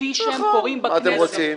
כפי שהם קורים בכנסת.